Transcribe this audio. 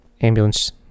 ambulance